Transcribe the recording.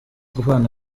kubana